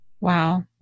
Wow